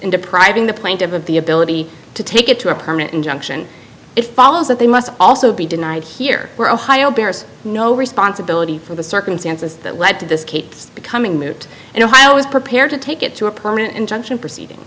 in depriving the plaintive of the ability to take it to a permanent injunction it follows that they must also be denied here were ohio bears no responsibility for the circumstances that led to this kate becoming moot and ohio was prepared to take it to a permanent injunction proceeding